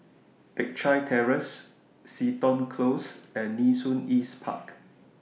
Teck Chye Terrace Seton Close and Nee Soon East Park